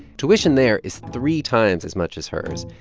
tuition there is three times as much as hers.